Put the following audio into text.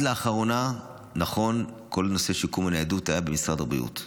עד לאחרונה כל נושא שיקום הניידות היה במשרד הבריאות.